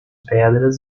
pedras